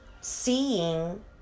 seeing